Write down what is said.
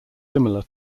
similar